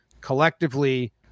collectively